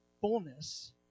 fullness